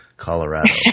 Colorado